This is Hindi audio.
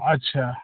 अच्छा